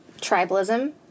tribalism